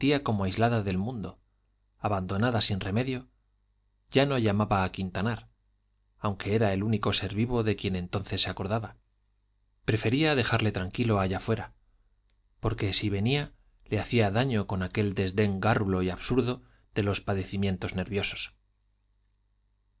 como aislada del mundo abandonada sin remedio ya no llamaba a quintanar aunque era el único ser vivo de quien entonces se acordaba prefería dejarle tranquilo allá fuera porque si venía le hacía daño con aquel desdén gárrulo y absurdo de los padecimientos nerviosos